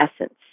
essence